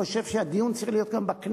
כי אני חושב שהדיון צריך להיות בכנסת,